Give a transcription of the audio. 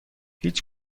هیچ